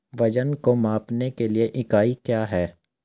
वजन को मापने के लिए इकाई क्या है?